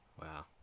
Wow